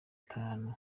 bitanu